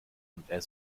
und